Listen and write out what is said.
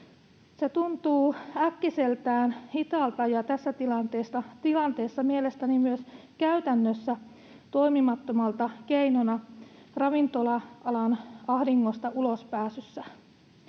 Se tuntuu äkkiseltään hitaalta ja tässä tilanteessa mielestäni myös käytännössä toimimattomalta keinolta ravintola-alan ulospääsyyn